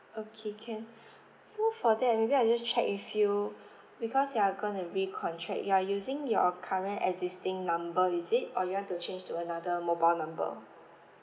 okay can so for that maybe I just check if you because you are going to recontract you are using your current existing number is it or you want to change to another mobile number